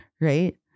right